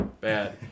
Bad